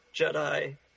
Jedi